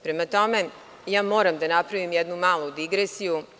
Prema tome, moram da napravim jednu malu digresiju.